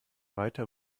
weiter